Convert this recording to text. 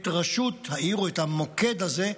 את ראשות העיר, או את המוקד הזה,